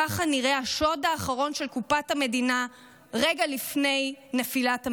ככה נראה השוד האחרון של קופת המדינה רגע לפני נפילת הממשלה.